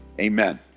Amen